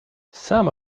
some